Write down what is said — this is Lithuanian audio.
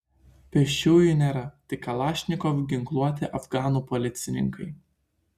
pėsčiųjų nėra tik kalašnikov ginkluoti afganų policininkai